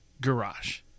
garage